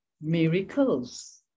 miracles